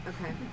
Okay